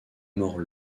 mort